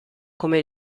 come